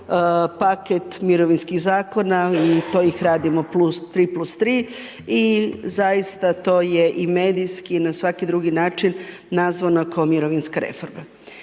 paket mirovinskih zakona i to ih radimo 3+3 i zaista to je i medijski i na svaki drugi način nazvano kao mirovinska reforma.